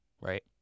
right